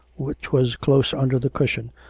which was close under the cushion,